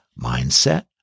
mindset